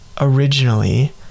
originally